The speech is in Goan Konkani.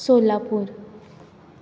सोलापूर